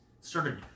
Started